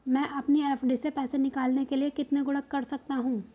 मैं अपनी एफ.डी से पैसे निकालने के लिए कितने गुणक कर सकता हूँ?